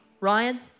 Ryan